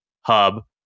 hub